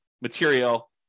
material